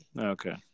Okay